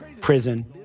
prison